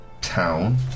town